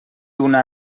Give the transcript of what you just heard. una